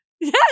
Yes